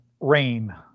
Rain